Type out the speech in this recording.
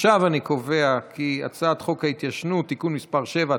עכשיו אני קובע כי הצעת חוק ההתיישנות (תיקון מס' 7),